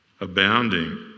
abounding